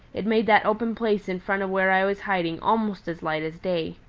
it made that open place in front of where i was hiding almost as light as day.